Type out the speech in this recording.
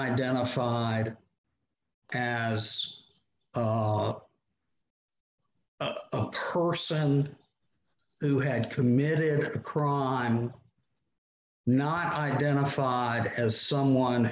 identified as a person who had committed a crime not identified as someone